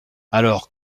alors